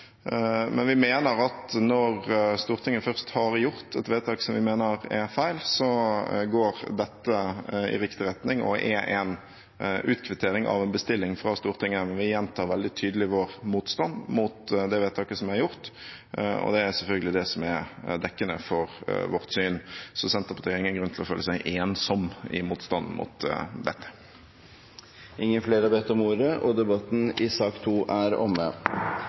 Men vi mener – når Stortinget først har gjort et vedtak som vi mener er feil – at dette går i riktig retning og er en utkvittering av en bestilling fra Stortinget. Vi gjentar veldig tydelig vår motstand mot det vedtaket som er gjort, og det er selvfølgelig det som er dekkende for vårt syn. Senterpartiet har ingen grunn til å føle seg ensom i motstanden mot dette. Flere har ikke bedt om ordet